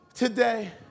Today